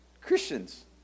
Christians